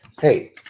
hey